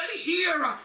hear